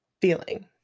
feeling